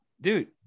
dude